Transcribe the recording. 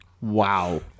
Wow